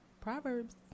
Proverbs